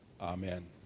Amen